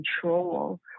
control